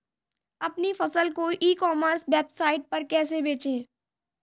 अपनी फसल को ई कॉमर्स वेबसाइट पर कैसे बेचें?